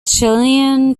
chilean